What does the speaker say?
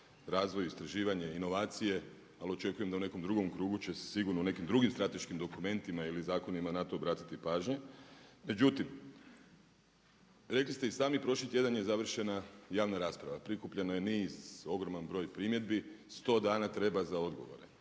razvoj, istraživanje, inovacije ali očekujem da u nekom drugom krugu će se sigurno u nekim drugim strateškim dokumentima ili zakonima na to obratiti pažnja. Međutim, rekli ste i sami prošli tjedan je završena javna rasprava, prikupljeno je niz ogroman broj primjedbi, 100 dana treba za odgovore.